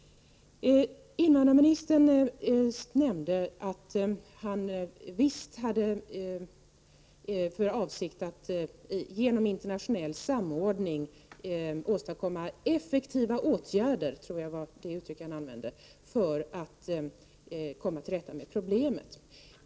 10 januari 1989 | Invandrarministern nämnde att han visst hade för avsikt att genom Joo internationell samordning åstadkomma effektiva åtgärder — jag tror han använde det uttrycket — för att komma till rätta med problemet.